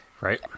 Right